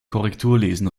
korrekturlesen